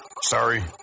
sorry